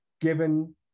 given